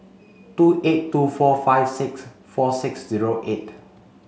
two eight two four five six four six zero eight